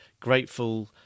grateful